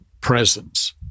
presence